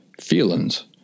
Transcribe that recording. feelings